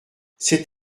cet